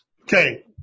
Okay